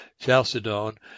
Chalcedon